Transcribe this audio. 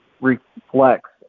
reflects